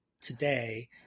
today